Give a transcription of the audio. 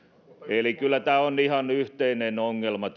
eli kyllä velkaantuminen on ihan yhteinen ongelma